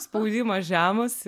spaudimas žemas